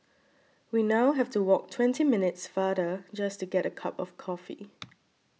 we now have to walk twenty minutes farther just to get a cup of coffee